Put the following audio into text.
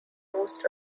most